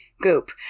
Goop